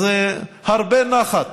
אז הרבה נחת